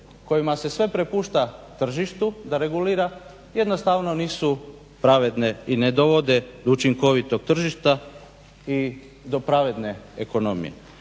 kojima se sve prepušta tržištu da regulira jednostavno nisu pravedne i ne dovode do učinkovitog tržišta i do pravedne ekonomije.